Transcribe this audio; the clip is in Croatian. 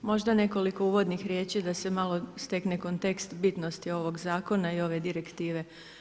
Možda nekoliko uvodnih riječi, da se malo stekne kontekst bitnosti ovog zakona i ove direktive.